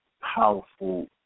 powerful